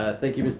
ah thank you,